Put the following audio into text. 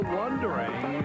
wondering